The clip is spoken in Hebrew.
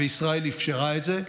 וישראל אפשרה את זה,